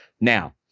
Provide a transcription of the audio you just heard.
Now